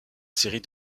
série